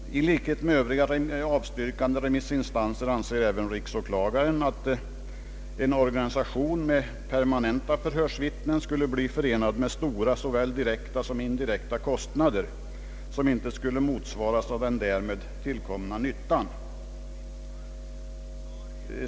I likhet med övriga avstyrkande remissinstanser anser även riksåklagaren, att en organisation med permanenta förhörsvititnen skulle bli förenad med stora såväl direkta som indirekta kostnader, vilka inte skulle motsvaras av den därmed tillkomna nyttan.